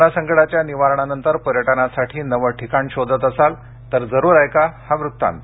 corona संकटाच्या निवारणानंतर पर्यटनासाठी नवं ठिकाण शोधत असाल तर जरूर ऐका हा वृत्तांत